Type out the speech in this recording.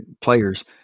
players –